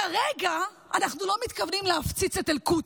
כרגע אנחנו לא מתכוונים להפציץ את אל-קודס.